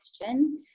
question